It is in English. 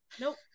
nope